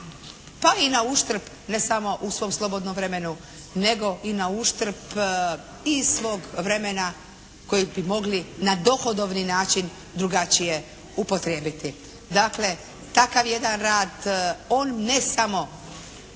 pa i na uštrb ne samo u svom slobodnom vremenu nego i na uštrb i svog vremena koji bi mogli na dohodovni način drugačije upotrijebiti. Dakle, takav jedan rad on ne samo